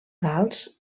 gals